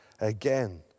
again